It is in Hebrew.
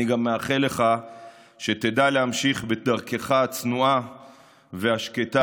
אני גם מאחל לך שתדע להמשיך בדרכך הצנועה והשקטה.